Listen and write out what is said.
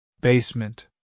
Basement